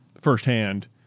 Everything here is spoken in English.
firsthand